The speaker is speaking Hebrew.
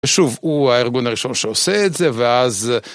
ושוב, הוא הארגון הראשון שעושה את זה, ואז...